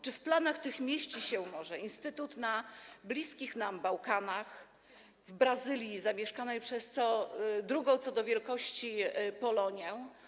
Czy w planach tych mieści się może instytut na bliskich nam Bałkanach, w Brazylii zamieszkanej przez drugą co do wielkości Polonię?